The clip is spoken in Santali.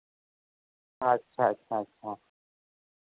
ᱟᱪᱪᱷᱟ ᱟᱪᱪᱷᱟ